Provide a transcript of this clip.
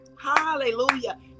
Hallelujah